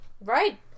Right